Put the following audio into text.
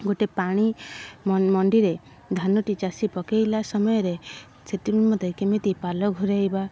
ଗୋଟିଏ ପାଣି ମଣ୍ଡିରେ ଧାନଟି ଚାଷୀ ପକାଇଲା ସମୟରେ ସେଥି ନିମନ୍ତେ କେମିତି ପାଲ ଘୋଡ଼ାଇବା